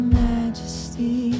majesty